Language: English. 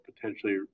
potentially